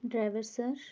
driver sir